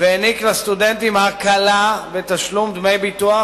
והעניק לסטודנטים הקלה בתשלום דמי ביטוח